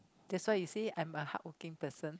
that's why you see I'm a hardworking person